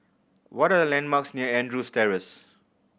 what are the landmarks near Andrews Terrace